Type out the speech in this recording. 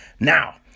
Now